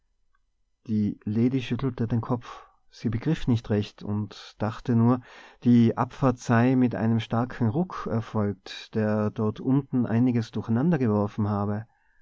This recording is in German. die lady schüttelte den kopf sie begriff nicht recht und dachte nur die abfahrt sei mit einem starken ruck erfolgt der dort unten einiges durcheinandergeworfen habe